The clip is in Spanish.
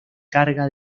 carga